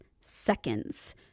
seconds